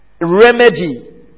remedy